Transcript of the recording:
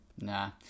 Nah